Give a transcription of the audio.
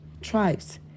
tribes